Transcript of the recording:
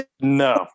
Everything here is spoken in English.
No